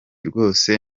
rwose